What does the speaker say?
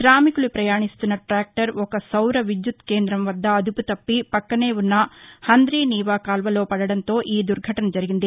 శామికులు పయాణిస్తున్న టాక్లర్ ఒక సౌర విద్యుత్వేంద్రం వద్ద అదుపుతప్పి పక్కనే వున్న హందీనీవాకాల్వలో పడడంతో ఈ దుర్ఘటన జరిగింది